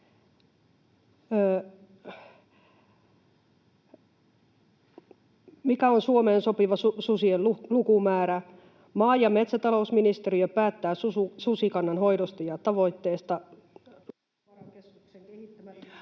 ”Mikä on Suomeen sopiva susien lukumäärä? Maa- ja metsätalousministeriö päättää susikannan hoidosta ja tavoitteesta.